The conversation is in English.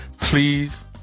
Please